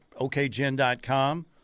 okgen.com